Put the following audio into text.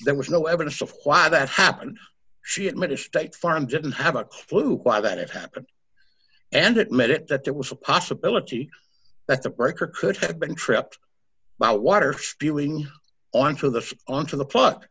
there was no evidence of why that happened she admitted state farm didn't have a clue why that it happened and it made it that there was a possibility that the breaker could have been tripped by water spilling onto the onto the p